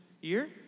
year